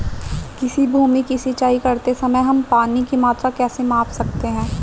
किसी भूमि की सिंचाई करते समय हम पानी की मात्रा कैसे माप सकते हैं?